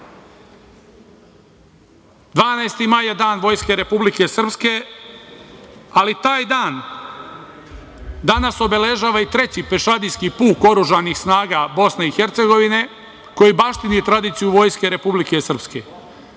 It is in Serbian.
12. je dan Vojske Republike Srpske, ali taj dan danas obeležava i Treći pešadijski puk oružanih snaga Bosne i Hercegovine, koji baštini tradiciju Vojske Republike Srpske.